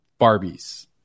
Barbies